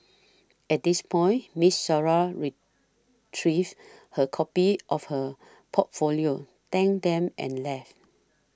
at this point Miss Sarah retrieved her copies of her portfolio thanked them and left